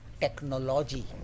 technology